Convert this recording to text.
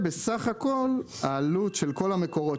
בסך הכול העלות של כל המקורות,